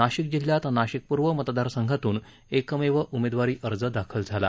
नाशिक जिल्ह्यात नाशिक पूर्व मतदारसंघातून एकमेव उमेदवारी अर्ज दाखल झाला